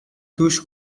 توش